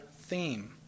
theme